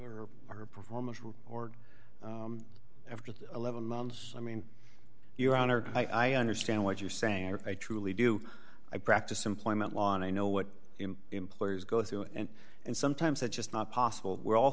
or her performance or after eleven months i mean your honor i understand what you're saying i truly do i practice employment law and i know what im employees go through and and sometimes it's just not possible we're all